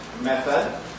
method